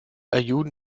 aaiún